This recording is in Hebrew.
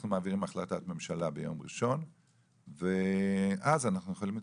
אנחנו מעבירים החלטת ממשלה ביום ראשון ואז אנחנו יכולים להתקדם.